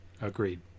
Agreed